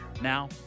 now